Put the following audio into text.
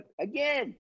again